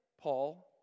Paul